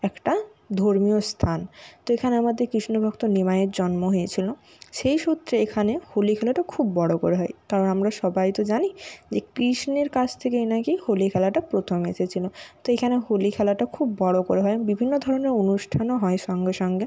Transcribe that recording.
একটা ধর্মীয় স্থান তো এখানে আমাদের কৃষ্ণ ভক্ত নিমাইয়ের জন্ম হয়েছিলো সেই সূত্রে এখানে হোলি খেলাটা খুব বড়ো করে হয় কারণ আমরা সবাই তো জানি যে কৃষ্ণের কাছ থেকেই নাকি হোলি খেলাটা প্রথম এসেছিলো তো এইখানে হোলি খেলাটা খুব বড়ো করে হয় আর বিভিন্ন ধরনের অনুষ্ঠানও হয় সঙ্গে সঙ্গে